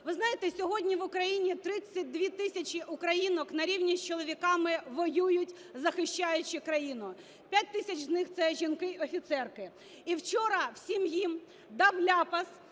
Ви знаєте, сьогодні в Україні 32 тисячі українок на рівні з чоловіками воюють, захищаючи країну, 5 тисяч з них - це жінки-офіцерки. І вчора всім їм дав ляпас